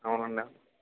అవునండి